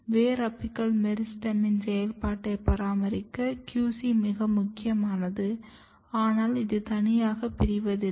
வேர் apical மெரிஸ்டெமின் செயல்பாட்டை பராமரிக்க QC மிக முக்கியமானது ஆனால் இது தனியாக பிரிவதில்லை